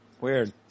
Weird